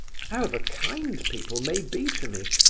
however kind people may be to me,